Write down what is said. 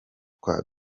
twa